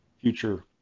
future